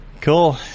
Cool